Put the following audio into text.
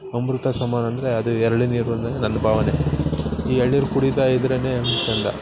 ಅಮೃತ ಸಮಾನ ಅಂದರೆ ಅದು ಎಳ ನೀರು ಅನ್ನೋದು ನನ್ನ ಭಾವ್ನೆ ಈ ಎಳ್ನೀರು ಕುಡಿತಾ ಇದ್ರೆ ಚಂದ